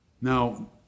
Now